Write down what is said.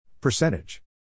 Percentage